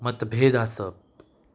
मतभेद आसप